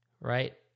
right